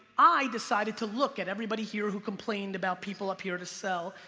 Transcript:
i decided to look at everybody here who complained about people up here to sell,